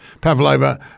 Pavlova